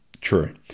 true